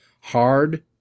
hard